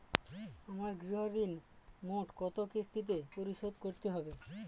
আমার গৃহঋণ মোট কত কিস্তিতে পরিশোধ করতে হবে?